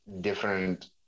different